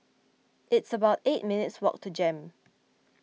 it's about eight minutes' walk to Jem